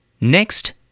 next